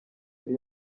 yari